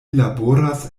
laboras